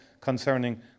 concerning